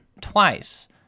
twice